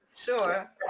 Sure